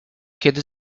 kiedy